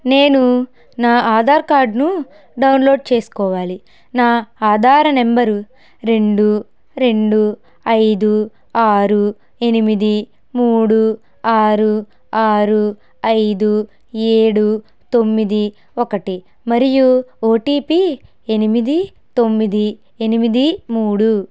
నేను నా ఆధార్ కార్డ్ను డౌన్లోడ్ చేసుకోవాలి నా ఆధార్ నంబరు రెండు రెండు ఐదు ఆరు ఎనిమిది మూడు ఆరు ఆరు ఐదు ఏడు తొమ్మిది ఒకటి మరియు ఓటిపి ఎనిమిది తొమ్మిది ఎనిమిది మూడు